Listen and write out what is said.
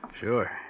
Sure